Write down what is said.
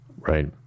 Right